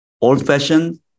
old-fashioned